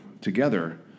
together